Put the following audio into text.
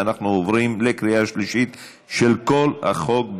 ואנחנו עוברים לקריאה שלישית של כל החוק.